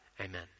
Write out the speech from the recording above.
Amen